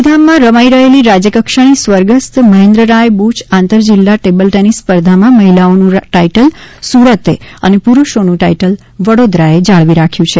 ગાંધીધામમાં રમાઈ રહેલી રાજ્ય કક્ષાની સ્વર્ગસ્થ મહેન્દ્રરાય બુય આંતર જિલ્લા ટેબલ ટેનિસ સ્પર્ધામાં મહિલાઓનું ટાઇટલ સુરતે અને પુરૂષોનું ટાઇટલ વડોદરાએ જાળવી રાખ્યું છે